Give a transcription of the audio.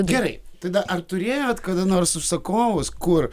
gerai tada ar turėjot kada nors užsakovus kur